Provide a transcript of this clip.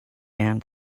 and